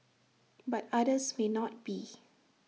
but others may not be